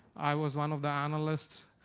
i was one of the analysts.